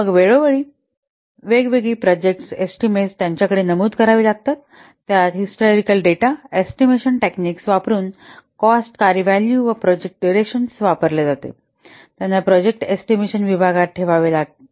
मग वेगवेगळी project estimates त्यांच्याकडे नमूद करावी लागतात त्यात हिस्टोरिकेल डेटा एस्टिमेशन टेक्निक्स वापरून कॉस्ट कार्य व्हॅलू व प्रोजेक्ट कालावधी वापरला जातो त्यांना प्रोजेक्ट एस्टिमेशन विभागात ठेवावे लागेल